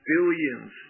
billions